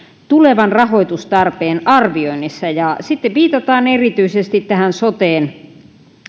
tulevan rahoitustarpeen arvioinnissa sitten viitataan erityisesti tähän soteen